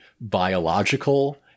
biological